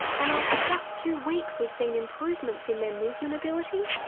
and after just two weeks we've seen improvements in their movement ability,